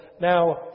Now